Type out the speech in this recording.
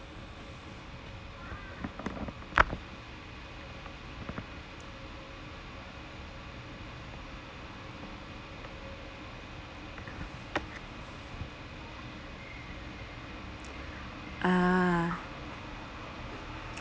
ah